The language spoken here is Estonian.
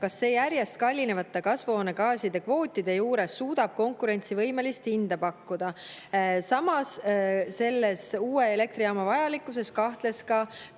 kas see järjest kallinevate kasvuhoonegaaside kvootide juures suudab konkurentsivõimelist hinda pakkuda. Samas, selle uue elektrijaama vajalikkuses kahtles ka